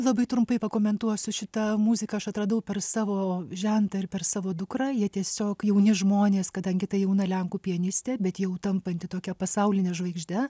labai trumpai pakomentuosiu šitą muziką aš atradau per savo žentą ir per savo dukra jie tiesiog jauni žmonės kadangi tai jauna lenkų pianistė bet jau tampanti tokia pasauline žvaigžde